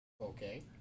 Okay